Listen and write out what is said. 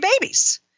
babies